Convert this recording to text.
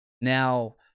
Now